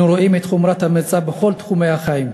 אנו רואים את חומרת המצב בכל תחומי החיים: